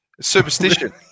Superstition